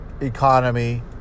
economy